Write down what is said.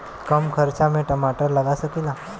कम खर्च में टमाटर लगा सकीला?